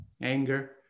Anger